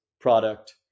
product